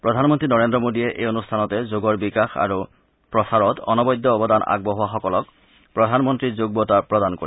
প্ৰধানমন্ত্ৰী নৰেন্দ্ৰ মোদীয়ে এই অনুষ্ঠানতে যোগৰ বিকাশ আৰু প্ৰচাৰত অনবদ্য অৱদান আগবঢ়োৱাসকলক প্ৰধানমন্ত্ৰী যোগ বঁটা প্ৰদান কৰিব